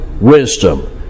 wisdom